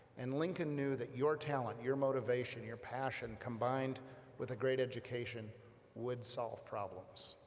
and lincoln knew that your talent, your motivation, your passion, combined with a great education would solve problems.